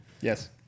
Yes